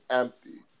empty